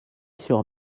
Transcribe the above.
sur